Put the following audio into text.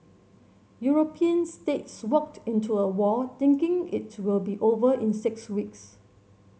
European states walked into a war thinking it will be over in six weeks